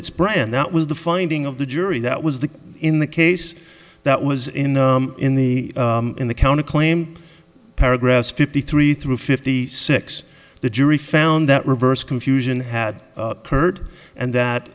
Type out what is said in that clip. its brand that was the finding of the jury that was the in the case that was in the in the in the counterclaim paragraph fifty three through fifty six the jury found that reversed confusion had occurred and that